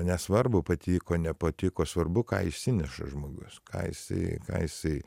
nesvarbu patiko nepatiko svarbu ką išsineša žmogus ką jisai ką jisai